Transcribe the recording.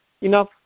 enough